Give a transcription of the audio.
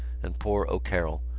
and poor o'carroll,